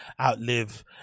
outlive